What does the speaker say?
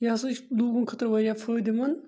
یہِ ہَسا چھِ لوٗکَن خٲطرٕ واریاہ فٲیدٕ مَنٛد